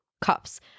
cups